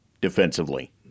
defensively